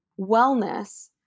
wellness